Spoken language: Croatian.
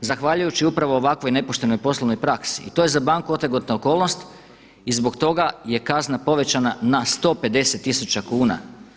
zahvaljujući upravo ovakvoj nepoštenoj poslovnoj praksi i to je za banku otegotna okolnost i zbog toga je kazna povećana na 150 tisuća kuna.